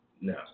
no